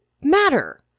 matter